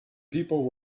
people